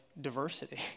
diversity